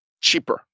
cheaper